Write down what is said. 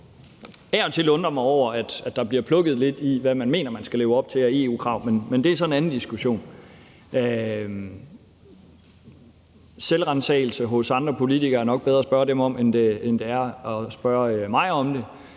jeg af og til undrer mig over, altså at man plukker lidt i, hvad man mener at man skal leve op til af EU-krav. Men det er så en anden diskussion. Selvransagelse hos andre politikere er nok bedre at spørge dem om, end det er at spørge mig om det.